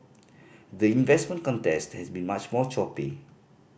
the investment contest has been much more choppy